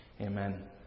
Amen